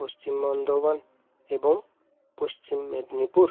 পশ্চিম বর্ধমান এবং পশ্চিম মেদিনীপুর